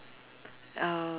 uh